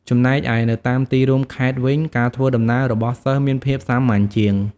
ចំណែកឯនៅតាមទីរួមខេត្តវិញ ការធ្វើដំណើររបស់សិស្សមានភាពសាមញ្ញជាង។